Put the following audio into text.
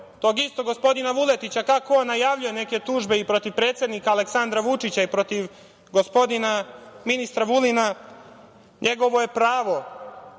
tog istog gospodina Vuletića kako on najavljuje neke tužbe i protiv predsednika Aleksandra Vučića i protiv gospodina ministra Vulina. Njegovo je pravo